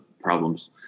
problems